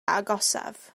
agosaf